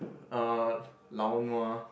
uh lao nua